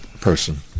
person